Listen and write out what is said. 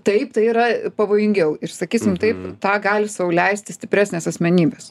taip tai yra pavojingiau ir sakysim taip tą gali sau leisti stipresnės asmenybės